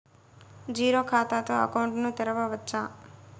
Zero ఖాతా తో account ను తెరవచ్చా?